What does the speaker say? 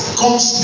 comes